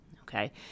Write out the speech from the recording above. okay